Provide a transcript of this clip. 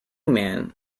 man